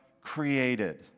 created